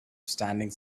standing